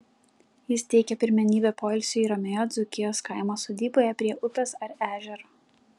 jis teikia pirmenybę poilsiui ramioje dzūkijos kaimo sodyboje prie upės ar ežero